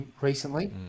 recently